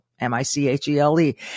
M-I-C-H-E-L-E